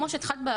כמו שהתחלת,